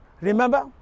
Remember